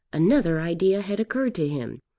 another idea had occurred to him,